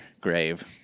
grave